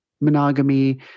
monogamy